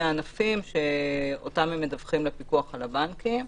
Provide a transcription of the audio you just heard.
הענפים שאותם הם מדווחים לפיקוח על הבנקים.